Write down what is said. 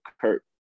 Kurt